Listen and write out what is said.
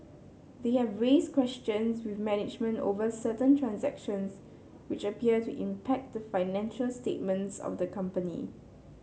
they have raised questions with management over certain transactions which appear to impact the financial statements of the company